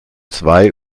zwei